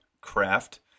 craft